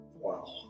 Wow